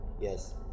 yes